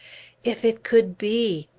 if it could be!